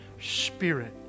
Spirit